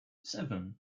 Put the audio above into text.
seven